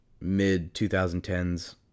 mid-2010s